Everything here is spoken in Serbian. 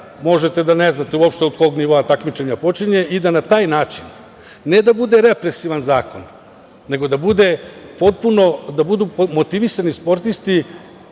možete da ne znate uopšte od kog nivoa takmičenje počinje i da na taj način ne da bude represivan zakon, nego da budu motivisani sportisti